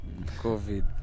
COVID